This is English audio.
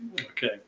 Okay